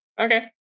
Okay